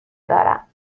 دارم